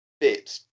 bits